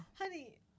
Honey